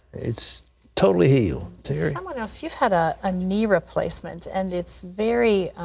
it's totally healed. terry. someone else, you've had a ah knee replacement, and it's very,